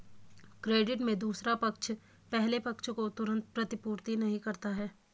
credit में दूसरा पक्ष पहले पक्ष को तुरंत प्रतिपूर्ति नहीं करता है